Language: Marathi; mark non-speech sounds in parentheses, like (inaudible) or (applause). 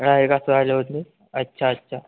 (unintelligible) अच्छा अच्छा